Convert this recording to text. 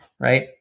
right